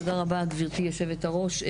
תודה רבה, גברתי יושבת הראש.